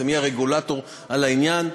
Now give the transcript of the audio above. היא הרגולטור על העניין.